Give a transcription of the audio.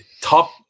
top